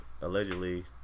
Allegedly